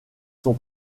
son